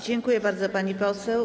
Dziękuję bardzo, pani poseł.